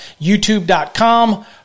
youtube.com